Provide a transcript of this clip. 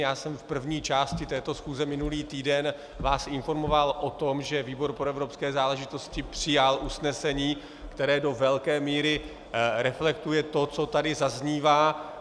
V první části této schůze minulý týden jsem vás informoval o tom, že výbor pro evropské záležitosti přijal usnesení, které do velké míry reflektuje to, co tady zaznívá.